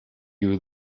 you